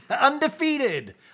undefeated